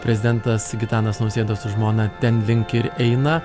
prezidentas gitanas nausėda su žmona ten link ir eina